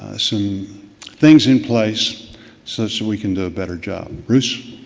some things in place so so we can do a better job. bruce?